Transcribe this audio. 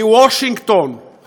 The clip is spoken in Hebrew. מוושינגטון,